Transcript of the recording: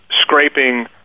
scraping